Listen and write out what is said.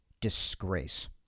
disgrace